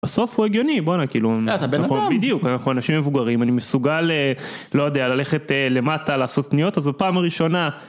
בסוף הוא הגיוני, בואנה, כאילו. אתה בנאדם! נכון, בדיוק, אנחנו אנשים מבוגרים, אני מסוגל, אה... לא יודע, ללכת אה... למטה, לעשות קניות, אז זו פעם הראשונה.